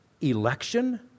election